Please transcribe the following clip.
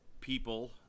people